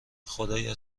خدایا